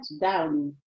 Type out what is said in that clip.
down